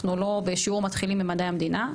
אנחנו לא בשיעור מתחילים במדעי המדינה,